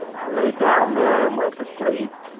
i lay down there and went to sleep,